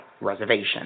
reservation